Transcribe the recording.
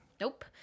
Nope